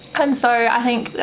and so i think,